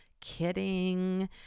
Kidding